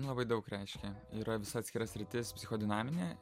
labai daug reiškia yra visa atskira sritis psichodinaminė